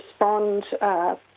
respond